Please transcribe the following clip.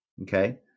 Okay